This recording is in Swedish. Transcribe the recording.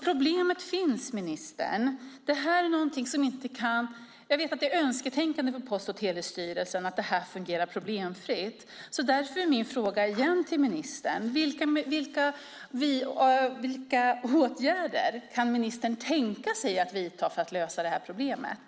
Problemet finns, ministern. Jag vet att det är önsketänkande från Post och telestyrelsen att det här fungerar problemfritt. Därför är min fråga igen till ministern: Vilka åtgärder kan ministern tänka sig att vidta för att lösa problemet?